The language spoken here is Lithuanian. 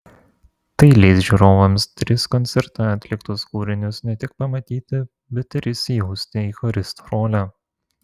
tai leis žiūrovams tris koncerte atliktus kūrinius ne tik pamatyti bet ir įsijausti į choristo rolę